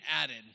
added